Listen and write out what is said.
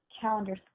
calendar